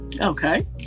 Okay